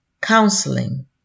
counseling